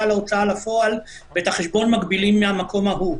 להוצאה לפועל ואת החשבון מגבילים מהמקום ההוא.